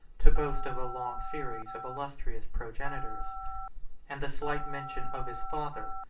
to boast of a long series of illustrious progenitors and the slight mention of his father,